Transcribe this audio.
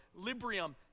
librium